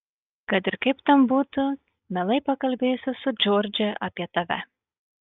kad ir kaip ten būtų mielai pakalbėsiu su džordže apie tave